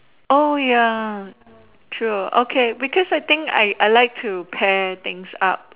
oh ya true okay because I think I I like to pair things up